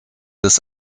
des